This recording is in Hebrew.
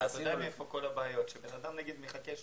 אתה יודע מאיפה כל הבעיות אדם מחכה עשרים,